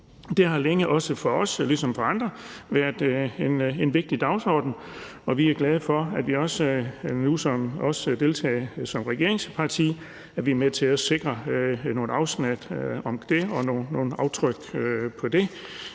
Det har længe for os ligesom for andre været en vigtig dagsorden, og vi er glade for, at vi nu som regeringsparti er med til at sikre nogle aftryk i forhold til det,